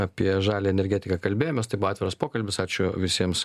apie žalią energetiką kalbėjomės tai buvo atviras pokalbis ačiū visiems